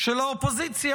של האופוזיציה,